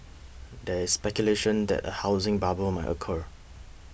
there is speculation that a housing bubble may occur